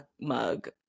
mug